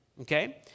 okay